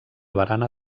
barana